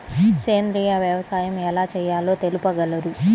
సేంద్రీయ వ్యవసాయం ఎలా చేయాలో తెలుపగలరు?